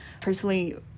Personally